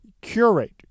curate